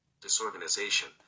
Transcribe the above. disorganization